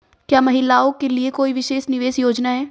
क्या महिलाओं के लिए कोई विशेष निवेश योजना है?